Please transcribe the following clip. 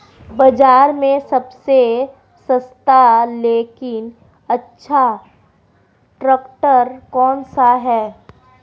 बाज़ार में सबसे सस्ता लेकिन अच्छा ट्रैक्टर कौनसा है?